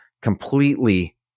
completely